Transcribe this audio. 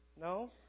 No